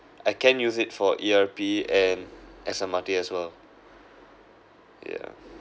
I can use it for E_R_P and S_M_R_T as well yeah